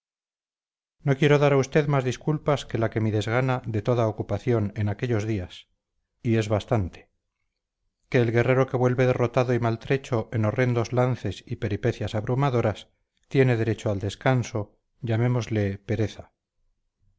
no quiero dar a usted más disculpas que la de mi desgana de toda ocupación en aquellos días y es bastante que el guerrero que vuelve derrotado y maltrecho en horrendos lances y peripecias abrumadoras tiene derecho al descanso llamémosle pereza